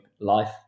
life